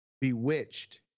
Bewitched